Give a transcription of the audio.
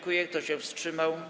Kto się wstrzymał?